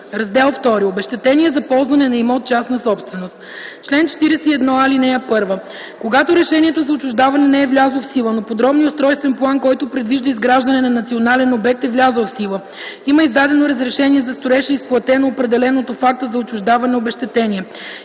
„Раздел II Обезщетение за ползване на имот – частна собственост „Чл. 41а. (1) Когато решението за отчуждаване не е влязло в сила, но подробният устройствен план, който предвижда изграждане на национален обект е влязъл в сила, има издадено разрешение за строеж и е изплатено определеното в акта за отчуждаване обезщетение,